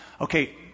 Okay